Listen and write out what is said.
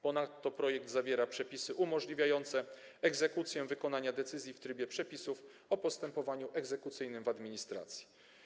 Ponadto projekt zawiera przepisy umożliwiające egzekucję wykonania decyzji w trybie przepisów o postępowaniu egzekucyjnym w administracji.